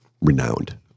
renowned